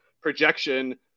projection